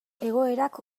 egoerak